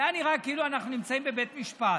היה נראה כאילו אנחנו נמצאים בבית משפט.